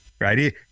Right